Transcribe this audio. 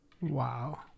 wow